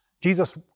Jesus